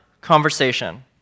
conversation